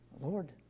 Lord